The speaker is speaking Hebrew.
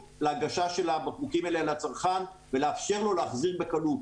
להנגשה של הבקבוקים לצרכן ולאפשר לו להחזיר בקלות.